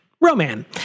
Roman